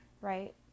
right